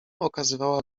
okazywała